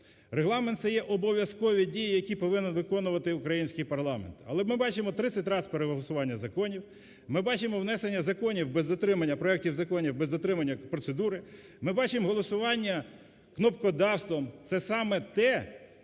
Регламент – це є обов'язкові дії, які повинен виконувати український парламент. Але ми бачимо 30 раз переголосування законів, ми бачимо внесення законів без дотримання проектів законів, без дотримання процедури, ми бачимо голосування кнопкодавством. Це саме те,